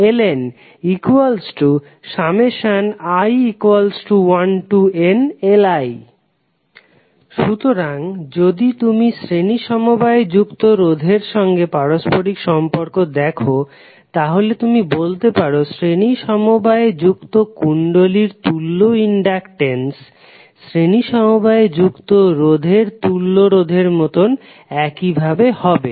LeqL1L2Lni1nLi সুতরাং যদি তুমি শ্রেণী সমবায়ে যুক্ত রোধের সঙ্গে পারস্পরিক সম্পর্ক দেখো তাহলে তুমি বলতে পারো শ্রেণী সমবায়ে যুক্ত কুণ্ডলীর তুল্য ইনডাকটেন্স শ্রেণী সমবায়ে যুক্ত রোধের তুল্য রোধের মত একই ভাবে হবে